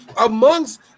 amongst